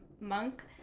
Monk